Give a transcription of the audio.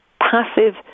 passive